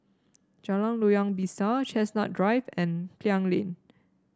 Jalan Loyang Besar Chestnut Drive and Klang Lane